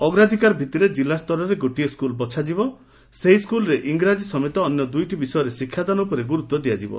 ଅଗ୍ରାଧକାର ଭିତିରେ ଜିଲ୍ଲାସ୍ତରରେ ଗୋଟିଏ ସ୍କୁଲ୍ ବଛାଯିବ ସେହି ସ୍କୁଲ୍ରେ ଇଂରାଜୀ ସମେତ ଅନ୍ୟ ଦୁଇଟି ବିଷୟରେ ଶିକ୍ଷାଦାନ ଉପରେ ଗୁରୁତ୍ୱ ଦିଆଯିବ